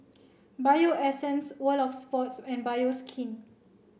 Bio Essence World Of Sports and Bioskin